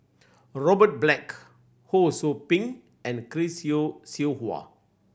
Robert Black Ho Sou Ping and Chris Yeo Siew Hua